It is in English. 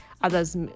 others